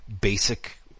basic